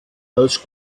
als